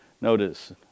Notice